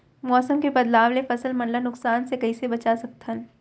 मौसम के बदलाव ले फसल मन ला नुकसान से कइसे बचा सकथन?